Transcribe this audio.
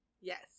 Yes